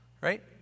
right